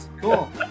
Cool